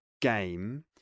game